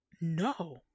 no